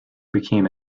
became